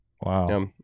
wow